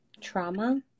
trauma